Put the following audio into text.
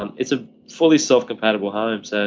um it's a fully self-compatible homes ah